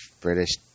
British